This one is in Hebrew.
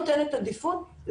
צריך לזכור,